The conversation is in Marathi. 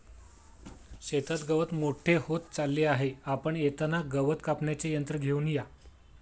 शेतात गवत मोठे होत चालले आहे, आपण येताना गवत कापण्याचे यंत्र घेऊन या